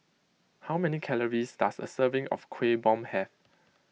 how many calories does a serving of Kuih Bom have